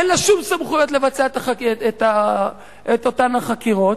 אין לה שום סמכות לבצע את אותן חקירות,